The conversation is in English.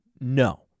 No